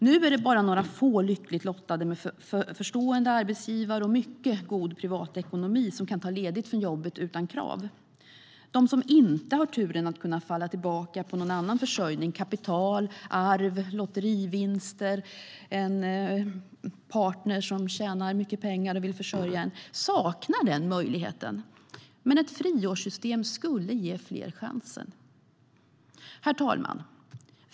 Nu är det bara några få lyckligt lottade med förstående arbetsgivare och mycket god privatekonomi som ta ledigt från jobbet utan krav. De som inte har turen att kunna falla tillbaka på någon annan försörjning - kapital, arv, lotterivinster, en partner som tjänar mycket pengar och vill försörja en - saknar den möjligheten. Men ett friårssystem skulle ge fler chansen. Herr talman!